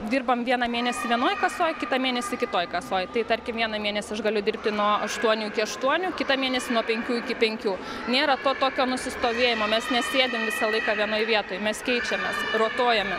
dirbam vieną mėnesį vienoj kasoj kitą mėnesį kitoj kasoj tai tarkim vieną mėnesį aš galiu dirbti nuo aštuonių iki aštuonių kitą mėnesį nuo penkių iki penkių nėra to tokio nusistovėjimo mes nesėdim visą laiką vienoj vietoj mes keičiamės rotuojame